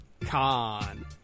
con